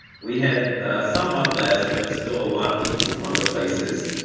we had somewhat less, but still a lot of people from other places.